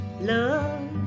Love